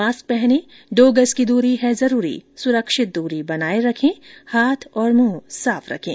mask पहनें दो गज की दूरी है जरूरी सुरक्षित दूरी बनाए रखें हाथ और मुंह साफ रखें